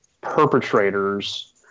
perpetrators